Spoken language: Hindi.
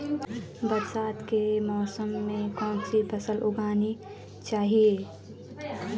बरसात के मौसम में कौन सी फसल उगानी चाहिए?